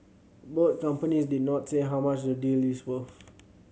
both companies did not say how much the deal is worth